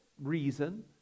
reason